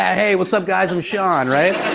ah hey what's up guys, i'm sean, right?